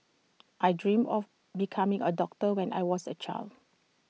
I dreamt of becoming A doctor when I was A child